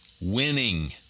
Winning